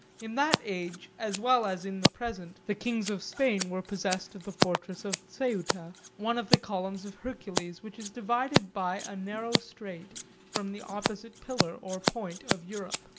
in that age, as well as in the present, the kings of spain were possessed of the fortress of ceuta one of the columns of hercules, which is divided by a narrow strait from the opposite pillar or point of europe.